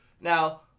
Now